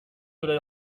dans